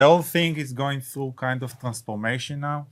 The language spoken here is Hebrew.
The all things is going through kind of possible rational